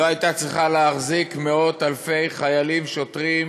לא הייתה צריכה להחזיק מאות-אלפי חיילים ושוטרים,